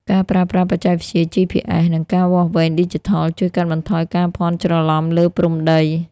ការប្រើប្រាស់បច្ចេកវិទ្យា GPS និងការវាស់វែងឌីជីថល ជួយកាត់បន្ថយការភ័ន្តច្រឡំលើព្រំដី។